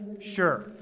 sure